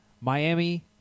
Miami